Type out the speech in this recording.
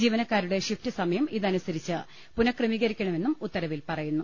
ജീവനക്കാരുടെ ഷിഫ്റ്റ് സമയം ഇതിനനുസരിച്ച് പുനക്രമീക രിക്കണമെന്നും ഉത്തരവിൽ പറയുന്നു